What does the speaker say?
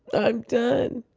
i'm done.